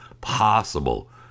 Possible